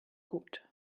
gut